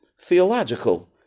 theological